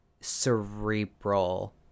cerebral